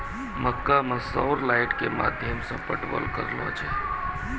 मक्का मैं sir light के माध्यम से पटवन कल आ जाए?